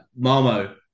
Marmo